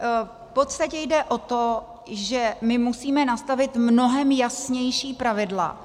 V podstatě jde o to, že my musíme nastavit mnohem jasnější pravidla.